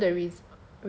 can't remember the rea~